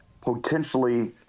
potentially